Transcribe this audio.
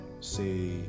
say